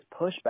pushback